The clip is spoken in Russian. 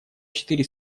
четыре